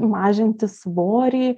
mažinti svorį